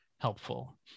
helpful